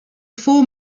four